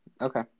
Okay